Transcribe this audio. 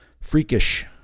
Freakish